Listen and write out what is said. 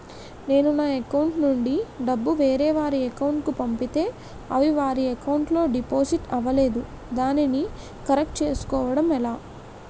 నేను నా అకౌంట్ నుండి డబ్బు వేరే వారి అకౌంట్ కు పంపితే అవి వారి అకౌంట్ లొ డిపాజిట్ అవలేదు దానిని కరెక్ట్ చేసుకోవడం ఎలా?